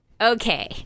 Okay